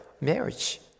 marriage